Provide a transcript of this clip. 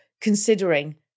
considering